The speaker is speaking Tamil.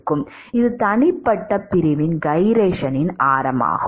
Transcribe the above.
இது தனிப்பட்ட பிரிவின் கைரேஷனின் ஆரம் ஆகும்